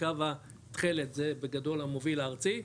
הקו התכלת זה בגדול המוביל הארצי,